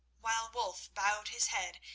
while wulf bowed his head,